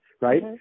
right